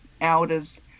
elders